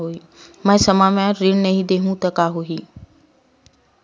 मैं समय म ऋण नहीं देहु त का होही